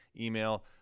email